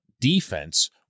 defense